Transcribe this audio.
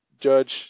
judge